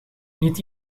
niet